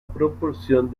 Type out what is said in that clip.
proporción